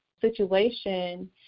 Situation